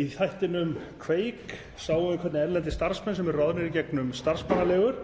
Í þættinum Kveik sáum við hvernig erlendir starfsmenn sem eru ráðnir í gegnum starfsmannaleigur